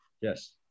Yes